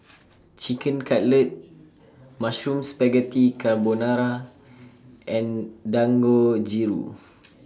Chicken Cutlet Mushroom Spaghetti Carbonara and Dangojiru